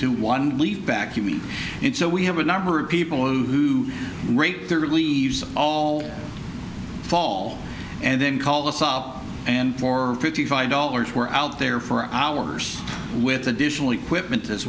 to one leap back you make it so we have a number of people who rate their leaves all fall and then call us up and for fifty five dollars we're out there for hours with additional equipment as